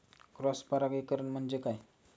Cross परागीकरण म्हणजे काय?